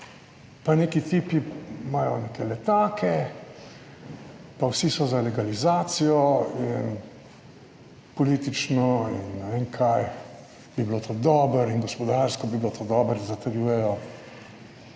pa neki tipi imajo neke letake, pa vsi so za legalizacijo in politično in ne vem kaj bi bilo to dobro in gospodarsko bi bilo to dobro, zatrjujejo.